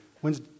When's